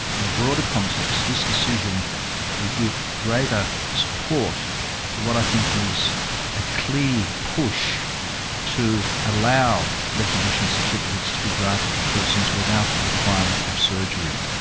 in a broader context this decision will give greater support to what i think is a clear push to allow recognition certificates to be granted to persons without the requirement of surgery.